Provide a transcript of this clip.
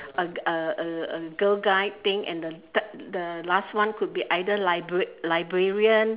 uh uh uh girl guide thing and the third the last one could be either library librarian